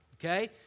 Okay